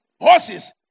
horses